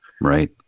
Right